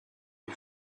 was